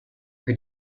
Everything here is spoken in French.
que